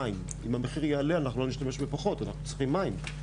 מים אם המחיר יעלה אנחנו לא נשתמש בפחות מים כי אנחנו צריכים מים.